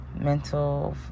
mental